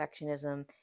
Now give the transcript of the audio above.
perfectionism